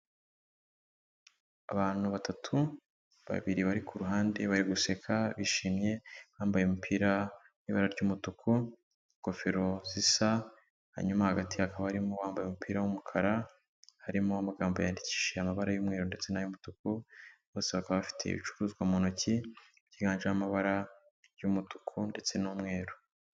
Abantu batatu, babiri bari ku ruhande bari guseka bishimye, bambaye umupira uri mu ibara ry'umutuku, ingofero zisa, hanyuma hagati hakaba harimo uwambaye umupira w'umukara, harimo amagambo yanyandikishije amabara y'umweru ndetse n'umutuku, bose bakaba bafite ibicuruzwa mu ntoki byiganjemo amabara by'umutuku ndetse n'umweru.